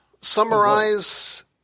summarize